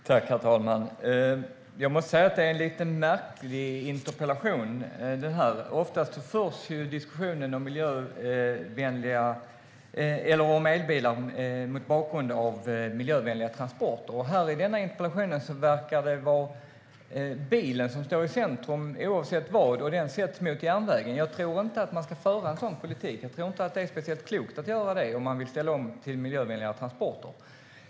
Herr talman! Jag måste säga att det här är en lite märklig interpellation. Oftast förs ju diskussionen om elbilar mot bakgrund av miljövänliga transporter, men i den här interpellationen verkar det vara bilen som står i centrum, oavsett vad, och den ställs mot järnvägen. Jag tror inte att man ska föra en sådan politik. Jag tror inte att det är speciellt klokt att göra det om man vill ställa om till miljövänliga transporter.